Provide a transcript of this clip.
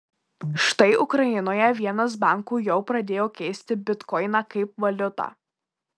štai ukrainoje vienas bankų jau pradėjo keisti bitkoiną kaip valiutą